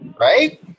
right